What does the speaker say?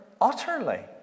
utterly